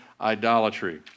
idolatry